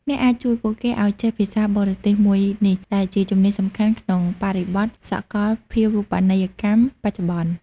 អ្នកអាចជួយពួកគេឱ្យចេះភាសាបរទេសមួយនេះ ដែលជាជំនាញសំខាន់ក្នុងបរិបទសាកលភាវូបនីយកម្មបច្ចុប្បន្ន។